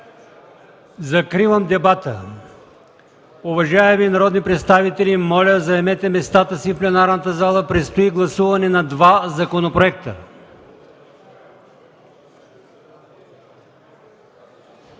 Закривам дебата. Уважаеми народни представители, моля, заемете местата си в пленарната зала – предстои гласуване на два законопроекта.